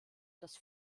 das